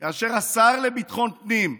כאשר השר לביטחון הפנים,